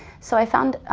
so i found,